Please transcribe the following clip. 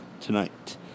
tonight